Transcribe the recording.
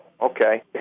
okay